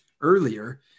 earlier